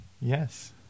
Yes